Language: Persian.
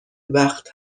وقت